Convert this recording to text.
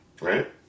Right